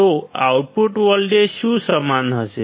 તો output voltage શું સમાન હશે